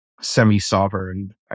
semi-sovereign